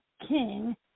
King